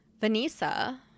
Vanessa